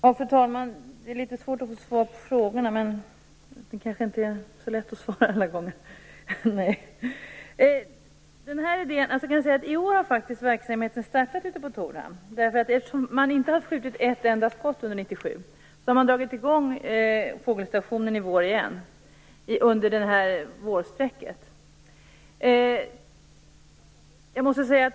Fru talman! Det är litet svårt att få svar på frågorna, men det kanske inte är så lätt att svara alla gånger. I år har faktiskt verksamheten startat ute på Torhamn. Eftersom det inte har skjutits ett enda skott under 1997 har man dragit i gång fågelstationen i vår igen under vårsträcket.